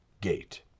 gate